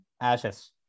ashes